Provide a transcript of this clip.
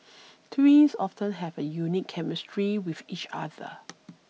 twins often have a unique chemistry with each other